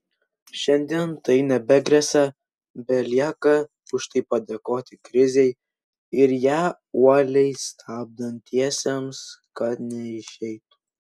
šiandien tai nebegresia belieka už tai padėkoti krizei ir ją uoliai stabdantiesiems kad neišeitų